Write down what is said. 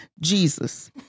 Jesus